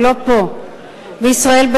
אפילו